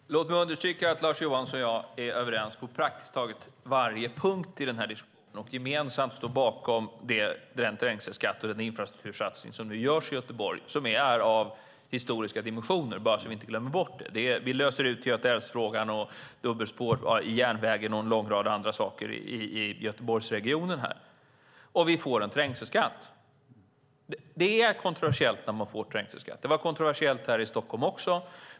Herr talman! Låt mig understryka att Lars Johansson och jag är överens på praktiskt taget varje punkt i den här diskussionen och gemensamt står bakom den trängselskatt och den infrastruktursatsning som nu görs i Göteborg - som är av historiska dimensioner, bara så att vi inte glömmer bort det. Vi löser ut Götaälvfrågan, dubbelspår på järnvägen och en lång rad andra saker i Göteborgsregionen, och det blir en trängselskatt. Det är kontroversiellt när man får trängselskatter. Det var kontroversiellt också här i Stockholm.